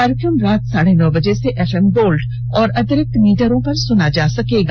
कार्यक्रम रात साढ़े नौ बजे से एफएम गोल्ड और अतिरिक्त मीटरों पर सुना जा सकता है